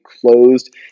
closed